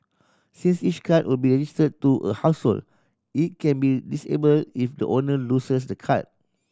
since each card will be register to a household it can be disable if the owner loses the card